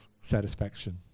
satisfaction